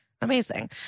Amazing